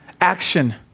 action